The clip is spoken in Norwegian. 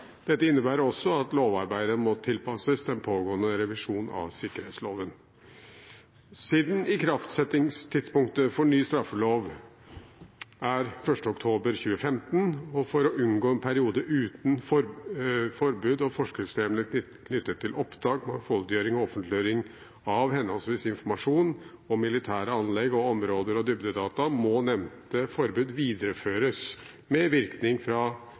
Dette innebærer også at lovarbeidet må tilpasses den pågående revisjonen av sikkerhetsloven. Siden ikraftsettingstidspunktet for ny straffelov er 1. oktober 2015, og for å unngå en periode uten forbud og forskriftshjemler knyttet til opptak, mangfoldiggjøring og offentliggjøring av henholdsvis informasjon om militære anlegg og områder og dybdedata, må nevnte forbud videreføres